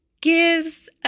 gives